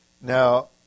Now